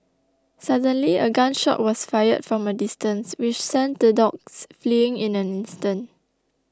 suddenly a gun shot was fired from a distance which sent the dogs fleeing in an instant